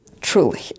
Truly